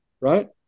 right